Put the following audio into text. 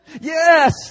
yes